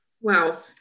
Wow